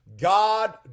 God